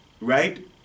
right